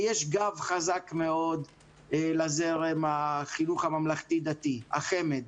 יש גב חזק מאוד לזרם החינוך הממלכתי דתי - החמ"ד.